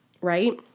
right